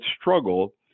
struggle